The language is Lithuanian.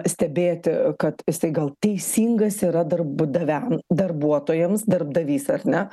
stebėti kad jisai gal teisingas yra darbdaviam darbuotojams darbdavys ar ne